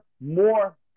more